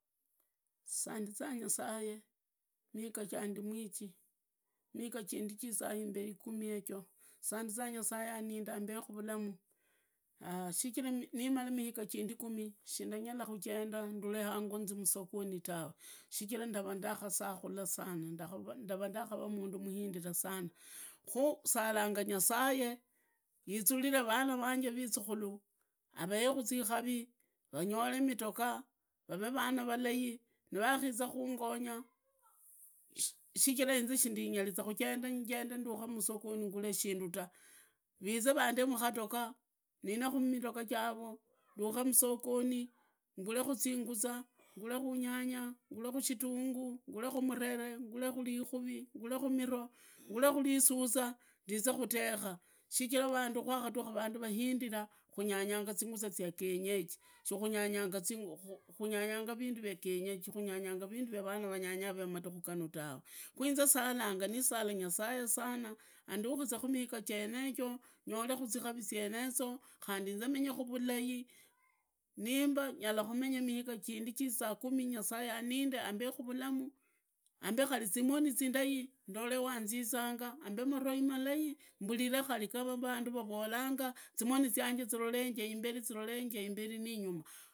Sandizaa nyasaye miga jandimuiji, miga jindi jizaa imberi kumi yejo, sandizaa nyasaye aninde ambekhu vulamu, shichira nimala miga jindi kumi, shindanyala kujenda ndule kango nzi musogoni tawe, sichira ndavaa ndakhasakula sana, ndavaa ndakavaa mundu muhindra sana khu salanga nyasaye, yizurizive vana vanje visukhulu avaekhu zikari, vanyole midoga, vavee vana valai, nivakhiza kungonya, schira inzi shindanyanza kujenda, njende musogonui ngule shindu ta vize vandemukatokha, nine kumigogo charo ndukhe musogoni ngulekhu zinguza, ngulekhu likuri, ngulekhu miroo, ngulekhu risunza nzize kutekha shichira vandu kwakatukha vandu vahindiraa. Kunyanyanga zinguzaa zya kienyeji, kunyanya vindu vya kienyeji, kunyanya vindu vya vana va madiku ganu vanyanyanga tawe khu inze salanga za nyasaye ni sala nyasaye sana andukizee miga jenejo nyolekha zikari zyenezo, khandi inzi menyekhu vulai, niva ninzaa kumenya miga zindu zizaa kumi nyasaye aninde ambekhu vulamu ambekhu zimoni, zilai ndole wanzizanga, ambekhu maroi malai mbuliree khundi ga vandu vavolanga, zimoni zyange zilolenje zilolenje imberi ni inguma.